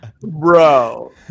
bro